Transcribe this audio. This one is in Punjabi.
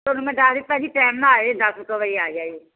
ਤੁਹਾਨੂੰ ਮੈਂ ਦੱਸ ਤਾ ਜੀ ਟਾਈਮ ਨਾ ਆਇਓ ਦੱਸ ਕੁ ਵਜੇ ਆ ਜਾਇਓ